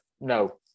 no